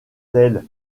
tels